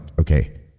okay